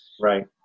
Right